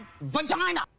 vagina